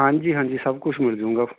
ਹਾਂਜੀ ਹਾਂਜੀ ਸਭ ਕੁਛ ਮਿਲ ਜੂੰਗਾ